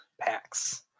packs